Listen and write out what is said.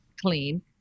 clean